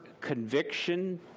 conviction